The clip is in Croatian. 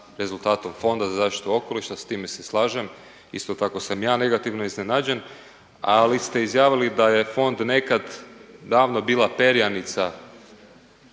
rezultatom Fonda za zaštitu okoliša. S time se slažem. Isto tako sam ja negativno iznenađen. Ali ste izjavili da je fond nekad davno bila perjanica,